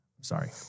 Sorry